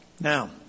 Now